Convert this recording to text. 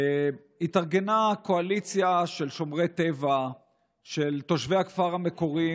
התארגנה קואליציה של שומרי טבע של תושבי הכפר המקוריים,